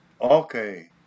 Okay